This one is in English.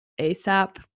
ASAP